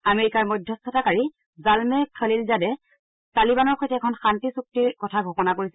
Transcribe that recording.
আমেৰিকাৰ মধ্যস্থতাকাৰী জালমে খালিলাজাদে নীতিগতভাৱে তালিবানৰ সৈতে এখন শান্তি চুক্তিৰ কথা ঘোষণা কৰিছিল